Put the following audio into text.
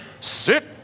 Sit